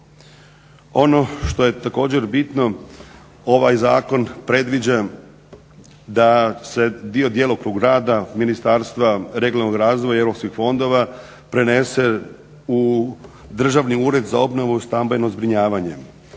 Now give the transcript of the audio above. Ono što je također bitno, ovaj zakon predviđa da se dio djelokruga rada Ministarstva regionalnog razvoja i europskih fondova prenese u Državni ured za obnovu i stambeno zbrinjavanje.